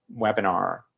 webinar